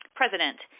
president